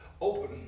open